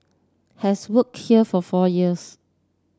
has work here for four years